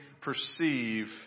perceive